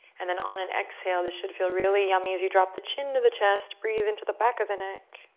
and then on an exhale, this should feel really yummy, as you drop the chin into the chest, breathe into the back of the neck.